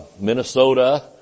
Minnesota